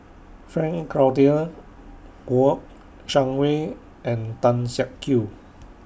Frank Cloutier Kouo Shang Wei and Tan Siak Kew